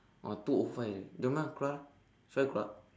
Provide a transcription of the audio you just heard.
!wah! two O five already jom ah keluar ah should I keluar